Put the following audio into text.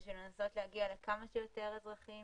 לנסות להגיע לכמה שיותר אזרחים